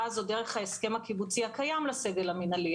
הזאת דרך ההסכם הקיבוצי הקיים לסגל המינהלי,